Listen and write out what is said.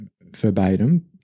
verbatim